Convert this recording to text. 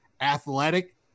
athletic